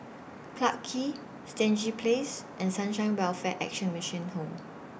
Clarke Quay Stangee Place and Sunshine Welfare Action Mission Home